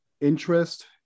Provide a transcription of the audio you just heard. interest